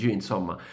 insomma